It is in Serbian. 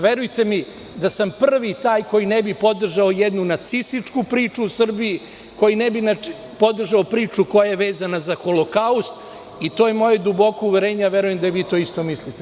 Verujte mi da sam prvi koji ne bi podržao jednu nacističku priču u Srbiji, koji ne bi podrđao priču koja je vezana za Holokaust i to je moje duboko uverenje, a verujem da i vi to isto mislite.